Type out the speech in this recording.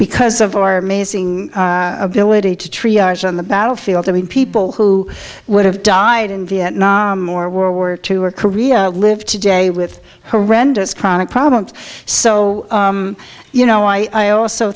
because of our amazing ability to tree yards on the battlefield i mean people who would have died in vietnam or world war two or korea lived today with horrendous chronic problems so you know i also